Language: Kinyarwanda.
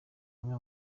imwe